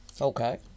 Okay